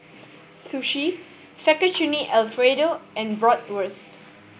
Sushi Fettuccine Alfredo and Bratwurst